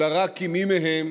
אלא רק עם מי מהם